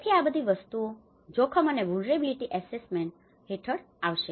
તેથી આ બધી વસ્તુઓ જોખમ અને વુલનેરબીલીટી ઍસેસમેન્ટ vulneriability assessment નબળાઈ આકારણી હેઠળ આવશે